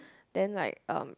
then like um